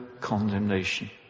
condemnation